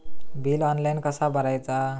Bill online कसा भरायचा?